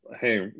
hey